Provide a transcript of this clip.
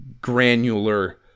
granular